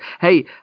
Hey